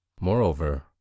Moreover